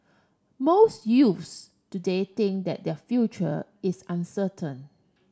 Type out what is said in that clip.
most youths today think that their future is uncertain